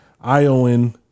Iowan